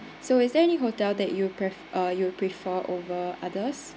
so is there any hotel that you pre~ uh you prefer over others